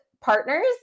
partners